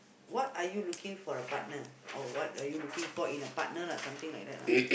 what are you looking for a partner or what are you looking for in a partner lah something like that lah